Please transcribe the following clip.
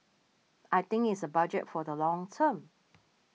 I think it's a budget for the long term